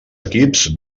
equips